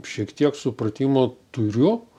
šiek tiek supratimo turiu